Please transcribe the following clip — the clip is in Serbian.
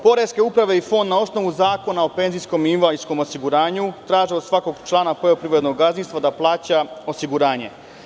Poreske uprave i Fond na osnovu Zakona o penzijskom i invalidskom osiguranju traže od svakog člana poljoprivrednog gazdinstva da plaća osiguranje.